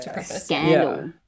Scandal